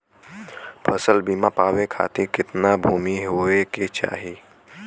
फ़सल बीमा पावे खाती कितना भूमि होवे के चाही?